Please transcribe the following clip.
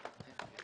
מוסכמת),